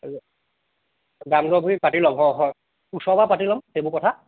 দাম দৰবোৰ পাতি ল'ম হয় ওচৰৰ পৰা পাতি ল'ম সেইবোৰ কথা